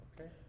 Okay